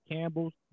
Campbell's